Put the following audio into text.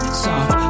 soft